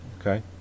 Okay